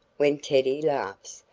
when teddy laughs,